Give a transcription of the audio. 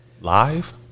Live